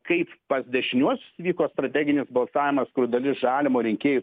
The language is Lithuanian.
kaip pas dešiniuosius vyko strateginis balsavimas kur dalis žalimo rinkėjų